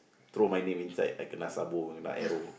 throw my name inside I kena sabo I kena arrow